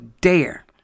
dare